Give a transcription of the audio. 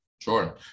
Sure